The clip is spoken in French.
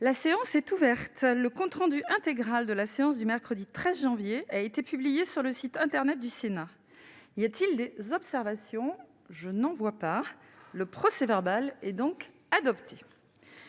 La séance est ouverte le compte-rendu intégral de la séance du mercredi 13 janvier a été publié sur le site internet du Sénat il y a-t-il des observations, je n'en vois pas le procès-verbal est donc adopté,